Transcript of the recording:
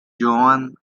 joan